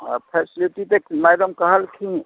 facility तऽ madam कहलखिन